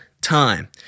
Time